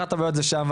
אחת הבעיות זה שם.